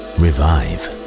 revive